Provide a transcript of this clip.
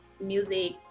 music